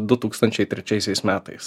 du tūkstančiai trečiaisiais metais